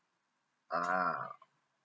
ah